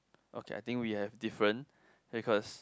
okay I think we have different because